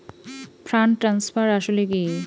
Fund transfer আসলে কী?